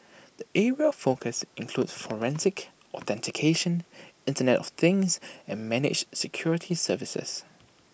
the areas of focus include forensics authentication Internet of things and managed security services